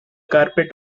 carpet